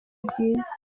byiza